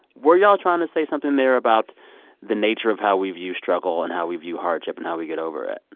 were y'all trying to say something there about the nature of how we view struggle and how we view hardship and how we get over it?